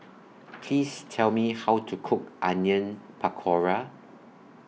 Please Tell Me How to Cook Onion Pakora